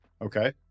Okay